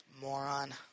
Moron